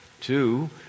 Two